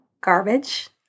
garbage